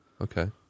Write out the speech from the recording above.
Okay